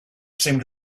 seemed